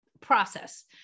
process